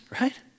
right